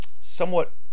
somewhat